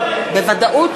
הסכימו